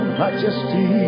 majesty